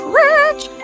rich